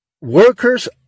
workers